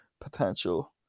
potential